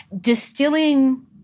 distilling